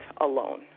alone